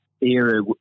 era